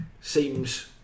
seems